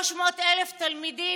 300,000 תלמידים,